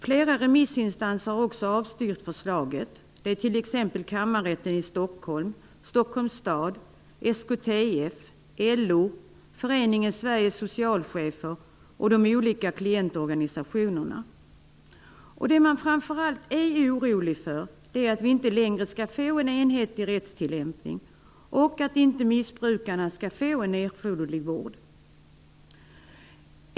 Flera remissinstanser har också avstyrkt förslaget. Det är t.ex. Kammarrätten i Stockholm, Det man framför allt är orolig för är att vi inte längre skall få en enhetlig rättstillämpning och att missbrukarna inte skall få en erforderlig vård.